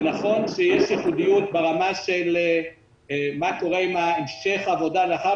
נכון שיש ייחודיות ברמה של מה קורה עם המשך העבודה לאחר